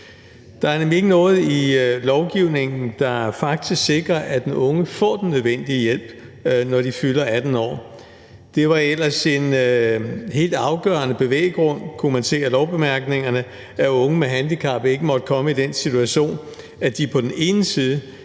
Der er nemlig ikke noget i lovgivningen, der faktisk sikrer, at den unge får den nødvendige hjælp, når vedkommende fylder 18 år. Det var ellers en helt afgørende bevæggrund, kunne man se af lovbemærkningerne, at unge med handicap ikke måtte komme i den situation, at de på den ene side